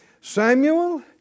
Samuel